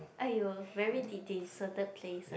!aiyo! very de~ deserted place ah